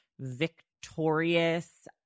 victorious